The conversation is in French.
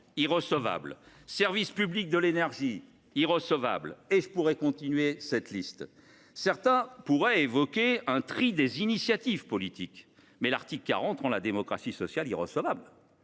Irrecevable. Service public de l’énergie ? Irrecevable. Je pourrais continuer cette liste. D’aucuns pourraient évoquer un tri dans les initiatives politiques… L’article 40 rendant la démocratie sociale irrecevable,